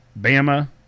Bama